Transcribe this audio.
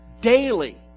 daily